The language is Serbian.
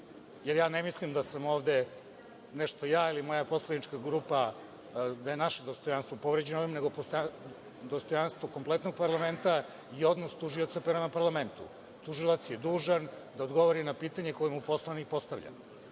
pitanja? Ne mislim da sam ovde, ne ja ili moja poslanička grupa, da je naše dostojanstvo povređeno, nego dostojanstvo kompletnog parlamenta i odnos tužioca prema parlamentu. Tužilac je dužan da odgovori na pitanje koje mu poslanik postavlja.